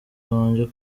wajye